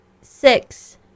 Six